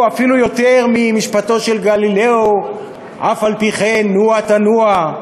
יותר ממשפטו של גלילאו "אף-על-פי-כן נוע תנוע",